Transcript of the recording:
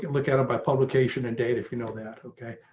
look at it by publication and date if you know that. ok,